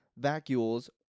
vacuoles